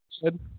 good